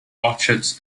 orchards